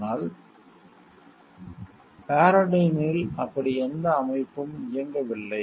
ஆனால் பாரடைனில் அப்படி எந்த அமைப்பும் இயங்கவில்லை